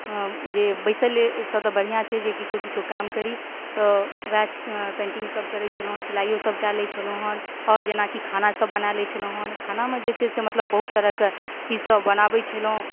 जे बैसलसँ तऽ बढ़िआँ छै जे किछो किछो काम करी तऽ वएह पेंटिंग सब करै छलहुँ सिलाइयो सब कए लै छलहुँ हन आओर जेनाकि खाना सब बना लै छलहुँ हन खानामे जे छै से मतलब बहुत तरहके चीज सब बनाबै छलहुँ